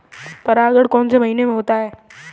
परागण कौन से महीने में होता है?